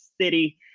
City